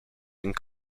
and